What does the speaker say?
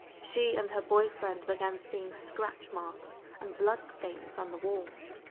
she and her boyfriend began seeing scratch marks and blood stains on the walls.